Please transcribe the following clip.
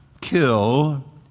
kill